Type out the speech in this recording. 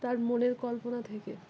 তার মনের কল্পনা থেকে